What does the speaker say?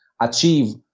achieve